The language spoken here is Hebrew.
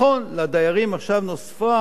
לדיירים עכשיו נוספה עוד קומה,